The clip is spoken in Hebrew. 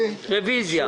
רוויזיה.